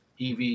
EV